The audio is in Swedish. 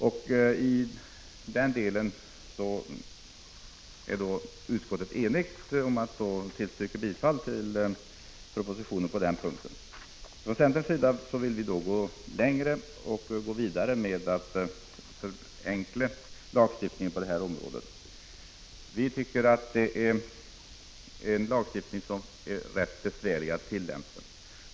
Utskottet är enigt beträffande det nu aktuella propositionsförslaget och tillstyrker propositionen på denna punkt. Centern vill emellertid gå längre och förenkla lagstiftningen på det här området ytterligare. Vi tycker att lagstiftningen är besvärlig att tillämpa.